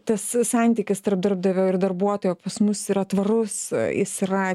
tas santykis tarp darbdavio ir darbuotojo pas mus yra tvarus jis yra